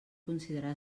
considerar